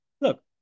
look